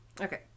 Okay